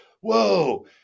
whoa